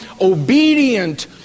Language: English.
obedient